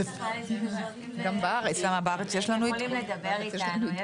הם יכולים לדבר איתנו.